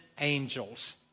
angels